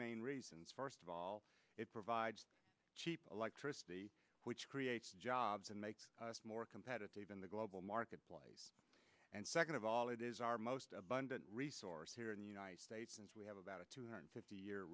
main reasons first of all it provides cheap electricity which creates jobs and makes us more competitive in the global marketplace and second of all it is our most abundant resource here in the united states as we have about a two hundred fifty year